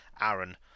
aaron